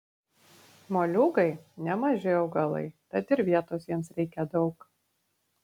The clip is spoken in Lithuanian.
moliūgai nemaži augalai tad ir vietos jiems reikia daug